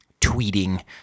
tweeting